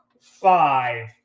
five